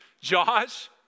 Josh